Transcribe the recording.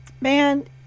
man